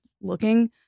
looking